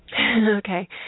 Okay